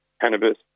cannabis